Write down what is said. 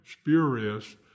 spurious